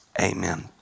amen